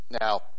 Now